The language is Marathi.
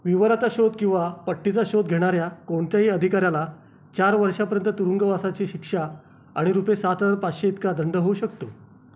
विवराचा शोध किंवा पट्टीचा शोध घेणाऱ्या कोणत्याही अधिकाऱ्याला चार वर्षापर्यंत तुरुंगवासाची शिक्षा आणि रुपये सात हजार पाचशे इतका दंड होऊ शकतो